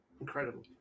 Incredible